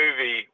movie